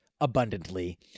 abundantly